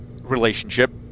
relationship